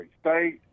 state